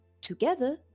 together